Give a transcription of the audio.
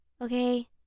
Okay